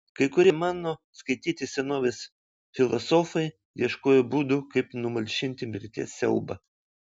kai kurie mano skaityti senovės filosofai ieškojo būdų kaip numalšinti mirties siaubą